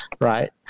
right